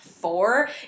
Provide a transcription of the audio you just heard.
four